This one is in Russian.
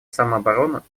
самооборону